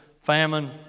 famine